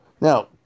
Now